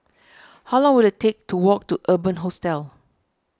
how long will it take to walk to Urban Hostel